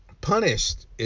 punished